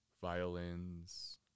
violins